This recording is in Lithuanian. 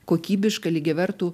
kokybišką lygiavertų